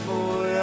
Boy